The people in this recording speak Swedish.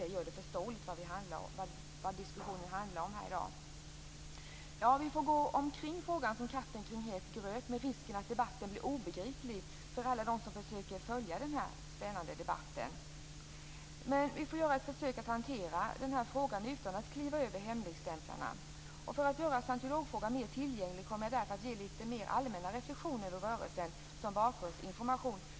Det gör det också lättare att förstå vad diskussionen handlar om. Vi får gå omkring frågan som katten kring het gröt med risk för att debatten blir obegriplig för alla dem som försöker att följa denna spännande debatt. Men vi får göra ett försök att hantera frågan utan att kliva över hemligstämplarna. För att göra scientologfrågan mer tillgänglig kommer jag därför att ge litet mer allmänna reflexioner över rörelsen som bakgrundsinformation.